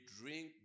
drink